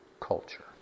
culture